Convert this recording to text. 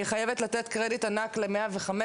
אני חייבת לתת קרדיט ענק ל-105,